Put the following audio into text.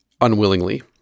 unwillingly